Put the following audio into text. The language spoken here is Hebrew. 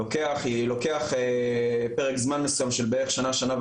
לוקח פרק זמן מסוים של בערך שנה,